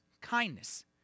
kindness